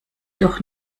doch